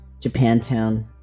Japantown